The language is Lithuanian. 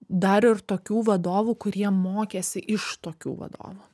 dar ir tokių vadovų kurie mokėsi iš tokių vadovų